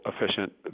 efficient